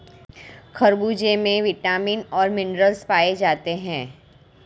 खरबूजे में विटामिन और मिनरल्स पाए जाते हैं